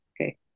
Okay